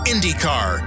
IndyCar